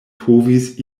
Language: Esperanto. povis